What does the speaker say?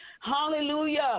Hallelujah